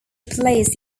replaced